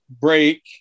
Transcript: break